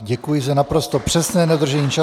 Děkuji za naprosto přesné dodržení času.